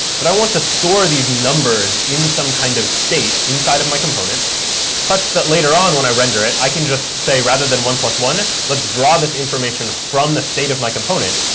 but i want to store these numbers in some kind of state inside of my component such that later on when i render it, i can just say rather than one plus one, let's draw this information from the state of my component.